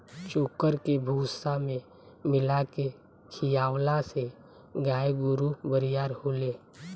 चोकर के भूसा में मिला के खिआवला से गाय गोरु बरियार होले